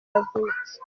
yavutse